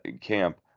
camp